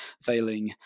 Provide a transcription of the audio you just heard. failing